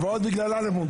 ועוד בגלל אלמוג...